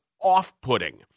off-putting